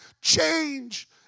change